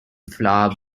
flour